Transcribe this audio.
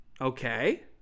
Okay